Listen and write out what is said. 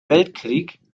weltkrieg